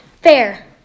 Fair